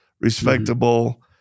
respectable